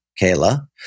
Kayla